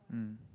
mm